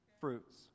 fruits